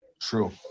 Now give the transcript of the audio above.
True